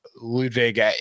Ludwig